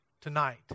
tonight